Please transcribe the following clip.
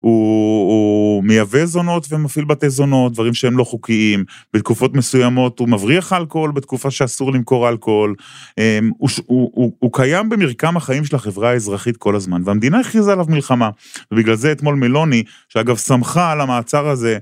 הוא מייבא זונות ומפעיל בתי זונות, דברים שהם לא חוקיים בתקופות מסוימות, הוא מבריח אלכוהול בתקופה שאסור למכור אלכוהול, הוא קיים במרקם החיים של החברה האזרחית כל הזמן, והמדינה הכריזה עליו מלחמה, ובגלל זה אתמול מלוני, שאגב שמחה על המעצר הזה,